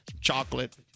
chocolate